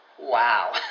Wow